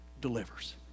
delivers